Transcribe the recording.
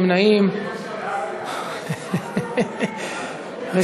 (הרחבת ההגנה על כספים המגיעים לאומן),